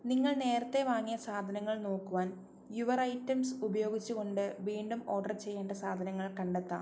നിങ്ങൾ നേരത്തെ വാങ്ങിയ സാധനങ്ങൾ നോക്കുവാൻ യുവർ ഐറ്റംസ് ഉപയോഗിച്ച് കൊണ്ട് വീണ്ടും ഓർഡർ ചെയ്യേണ്ട സാധനങ്ങൾ കണ്ടെത്താം